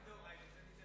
אין מדאורייתא.